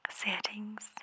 settings